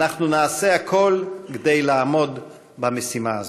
אנחנו נעשה הכול כדי לעמוד במשימה הזאת.